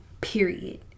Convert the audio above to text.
Period